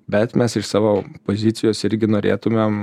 bet mes iš savo pozicijos irgi norėtumėm